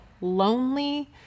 lonely